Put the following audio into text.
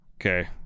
okay